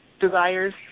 desires